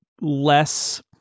less